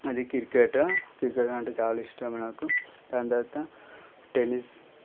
అది cricket cricket అంటే చాలా ఇష్టం నాకు దాని తరవాత టెన్నిస్